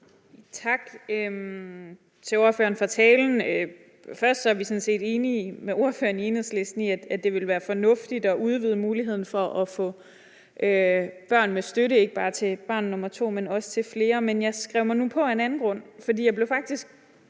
Tak til ordføreren for talen. Først er vi sådan set i Enhedslisten enige med ordføreren i, at det vil være fornuftigt at udvide muligheden for at få børn med støtte, ikke bare til et barn nummer to, men også til flere børn, men jeg skrev mig nu på for at få ordet af en anden